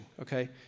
okay